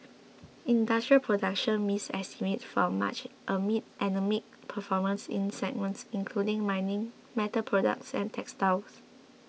industrial production missed estimates for March amid anaemic performance in segments including mining metal products and textiles